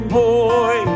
boy